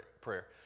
prayer